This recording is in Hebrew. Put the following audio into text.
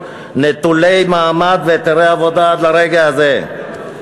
נטולי מעמד והיתרי עבודה עד לרגע הזה,